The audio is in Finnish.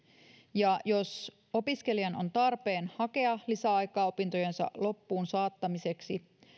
ja jos opiskelijan on tarpeen hakea lisäaikaa opintojensa loppuun saattamiseksi